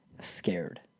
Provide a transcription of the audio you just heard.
scared